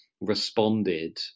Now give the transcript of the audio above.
responded